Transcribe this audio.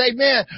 Amen